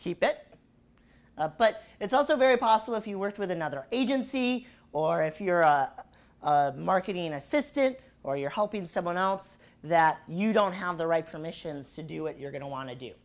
keep it but it's also very possible if you worked with another agency or if you're a marketing assistant or you're helping someone else that you don't have the right for missions to do it you're going to want to do